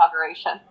inauguration